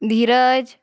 Dheeraj